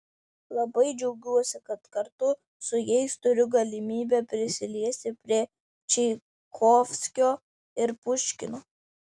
labai džiaugiuosi kad kartu su jais turiu galimybę prisiliesti prie čaikovskio ir puškino